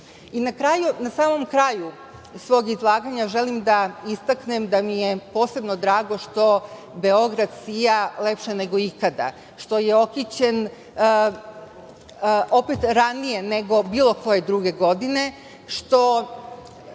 samom kraju svog izlaganja želim da istaknem da mi je posebno drago što Beograd sija lepše nego ikada, što je okićen ranije nego bilo koje druge godine, što